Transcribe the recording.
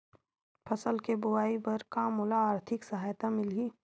फसल के बोआई बर का मोला आर्थिक सहायता मिलही?